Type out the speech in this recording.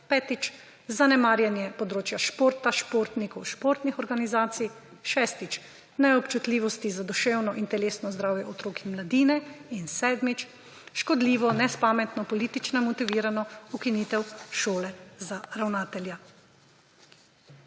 Petič, zanemarjanje področja športa, športnikov, športnih organizacij. Šestič, neobčutljivosti za duševno in telesno zdravje otrok in mladine. Sedmič, škodljivo, nespametno, politično motivirano ukinitev šole za ravnatelje.